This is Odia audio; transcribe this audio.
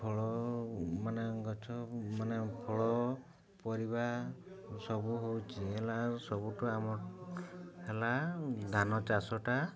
ଫଳ ମାନେ ଗଛ ମାନେ ଫଳ ପରିବା ସବୁ ହେଉଛି ହେଲା ସବୁଠୁ ଆମ ହେଲା ଧାନ ଚାଷଟା